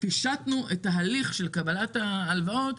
פישטנו את תהליך קבלת ההלוואות,